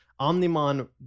Omnimon